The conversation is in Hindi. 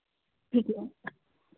ठीक है